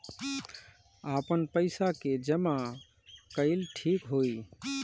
आपन पईसा के जमा कईल ठीक होई?